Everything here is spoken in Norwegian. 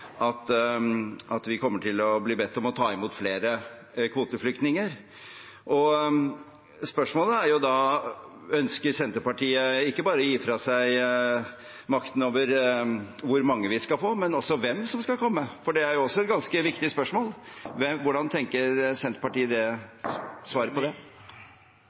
tro at vi kommer til å bli bedt om å ta imot flere kvoteflyktninger. Spørsmålet er da: Ønsker Senterpartiet ikke bare å gi fra seg makten over hvor mange vi skal få, men også over hvem som skal komme? For det er også et ganske viktig spørsmål . Hvordan tenker Senterpartiet om svaret på det?